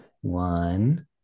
one